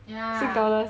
yeah